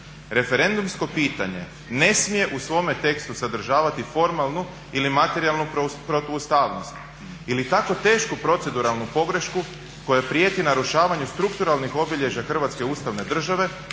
"Referendumsko pitanje ne smije u svome tekstu sadržavati formalnu ili materijalnu protuustavnost, ili tako tešku proceduralnu pogrešku kojoj prijeti narušavanje strukturalnih obilježja Hrvatske ustavne države,